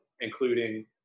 including